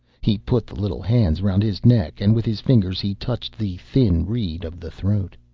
he put the little hands round his neck, and with his fingers he touched the thin reed of the throat.